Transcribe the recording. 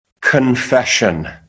Confession